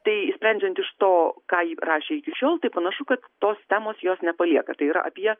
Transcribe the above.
tai sprendžiant iš to ką ji rašė iki šiol tai panašu kad tos temos jos nepalieka tai yra apie